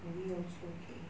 movie also okay